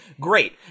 great